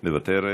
מוותרת,